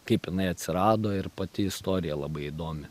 kaip jinai atsirado ir pati istorija labai įdomi